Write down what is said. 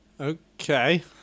Okay